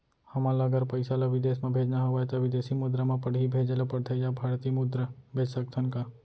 हमन ला अगर पइसा ला विदेश म भेजना हवय त विदेशी मुद्रा म पड़ही भेजे ला पड़थे या भारतीय मुद्रा भेज सकथन का?